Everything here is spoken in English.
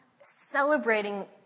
celebrating